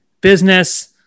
business